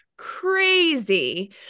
crazy